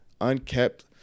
unkept